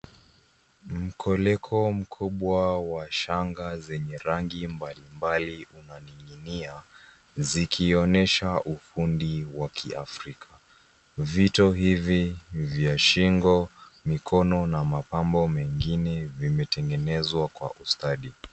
Mkoleko mkubwa wa shanga zenye rangi mbalimbali unaning'inia zikionyesha ufundi wa kiafrika. Vito hivi vya shingo, mikono na mapambo mengine vimetengenezwa kwa ustadi.